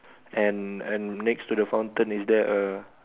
and and next to the fountain is there a